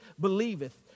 believeth